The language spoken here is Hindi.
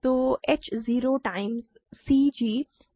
तो h 0 टाइम्स cg f है